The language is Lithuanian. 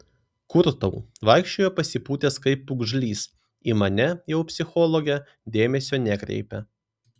kur tau vaikščiojo pasipūtęs kaip pūgžlys į mane jau psichologę dėmesio nekreipė